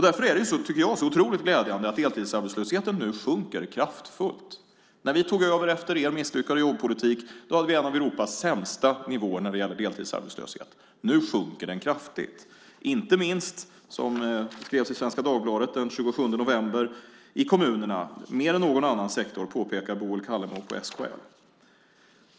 Därför är det, tycker jag, så otroligt glädjande att deltidsarbetslösheten nu sjunker kraftfullt. När vi tog över efter er misslyckade jobbpolitik hade vi en av Europas sämsta nivåer när det gäller deltidsarbetslöshet. Nu sjunker den kraftigt, inte minst, som skrevs i Svenska Dagbladet den 27 november, i kommunerna "mer än i någon annan sektor, påpekar Boel Callermo på SKL."